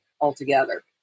altogether